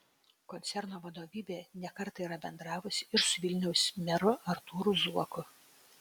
koncerno vadovybė ne kartą yra bendravusi ir su vilniaus meru artūru zuoku